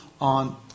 on